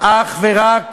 אך ורק